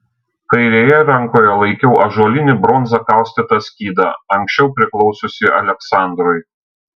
kairėje rankoje laikiau ąžuolinį bronza kaustytą skydą anksčiau priklausiusį aleksandrui